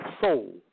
soul